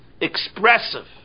expressive